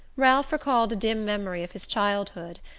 ralph recalled a dim memory of his childhood,